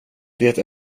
det